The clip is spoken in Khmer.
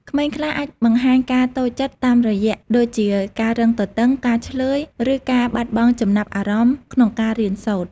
ក្មេងខ្លះអាចបង្ហាញការតូចចិត្តតាមរយៈដូចជាការរឹងទទឹង ការឈ្លើយ ឬការបាត់បង់ចំណាប់អារម្មណ៍ក្នុងការរៀនសូត្រ។